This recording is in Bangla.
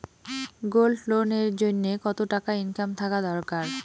গোল্ড লোন এর জইন্যে কতো টাকা ইনকাম থাকা দরকার?